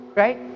right